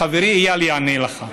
חברי איל יענה לך.